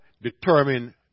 determine